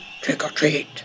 trick-or-treat